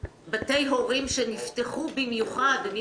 בתי הורים שנפתחו במיוחד שהיו